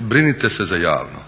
brinite se za javno.